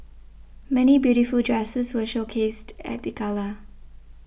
many beautiful dresses were showcased at the gala